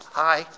hi